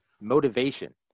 motivation